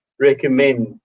recommend